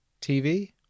TV